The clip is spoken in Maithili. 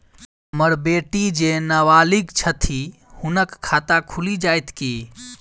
हम्मर बेटी जेँ नबालिग छथि हुनक खाता खुलि जाइत की?